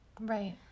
Right